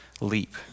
leap